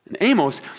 Amos